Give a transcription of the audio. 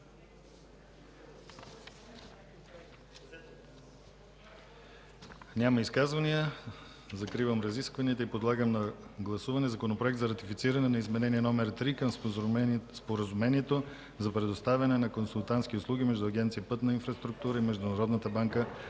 Няма изказвания. Закривам разискванията и подлагам на гласуване Законопроект за ратифициране на Изменение № 3 към Споразумението за предоставяне на консултантски услуги между Агенция „Пътна инфраструктура” и Международната банка